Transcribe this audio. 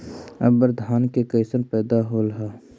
अबर धान के कैसन पैदा होल हा?